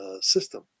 system